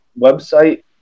website